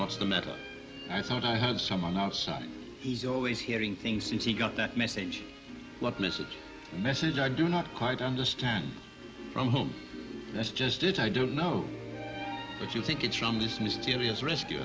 what's the matter i thought i had someone outside he's always hearing things since he got that message what message message i do not quite understand from home that's just it i don't know what you think it's from this mysterious rescue